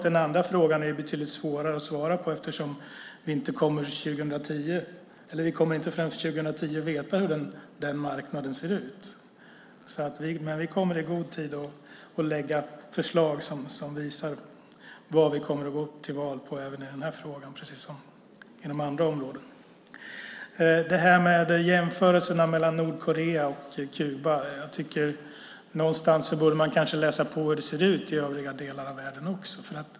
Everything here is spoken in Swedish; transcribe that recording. Den andra frågan är betydligt svårare att svara på eftersom vi inte kommer att veta hur marknaden ser ut förrän 2010. Men vi kommer i god tid att lägga fram förslag som visar vad vi kommer att gå till val på i den här frågan, precis som inom andra områden. När det gäller jämförelserna med Nordkorea och Kuba tycker jag någonstans att man borde läsa på hur det ser ut i övriga delar av världen.